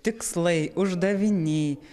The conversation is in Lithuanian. tikslai uždaviniai